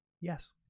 Yes